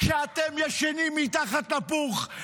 כשאתם ישנים מתחת לפוך,